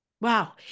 Wow